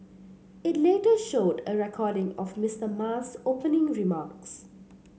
it later showed a recording of Mister Ma's opening remarks